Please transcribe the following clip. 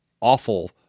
awful